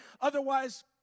Otherwise